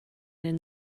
den